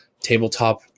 tabletop